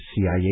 CIA